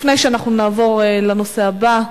לפני שנעבור לנושא הבא,